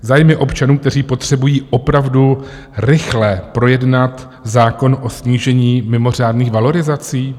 Zájmy občanů, kteří potřebují opravdu rychle projednat zákon o snížení mimořádných valorizací?